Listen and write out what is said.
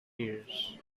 years